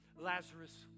Lazarus